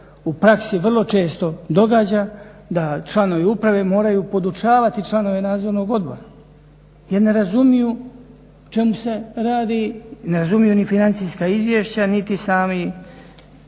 u praksi vrlo često događa da članovi uprave moraju podučavati članove Nadzornog odbora jer ne razumiju o čemu se radi, ne razumiju ni financijska izvješća niti sami